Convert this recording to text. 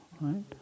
Right